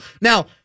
Now